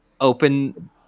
open